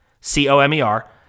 C-O-M-E-R